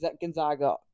Gonzaga